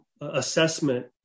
assessment